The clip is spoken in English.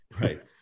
Right